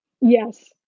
yes